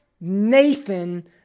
Nathan